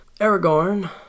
Aragorn